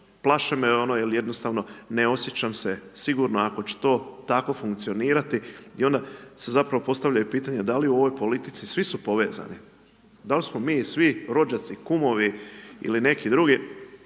plašene ono jer jednostavno ne osjećam se sigurno ako će to tako funkcionirati i onda se zapravo postavljaju pitanja da li u ovoj politici svi su povezani, dal smo mi svi rođaci, kumovi ili neki drugi